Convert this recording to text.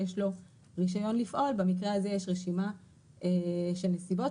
לו כבר רישיון לפעול במקרה הזה כבר יש רשימה של נסיבות,